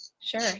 Sure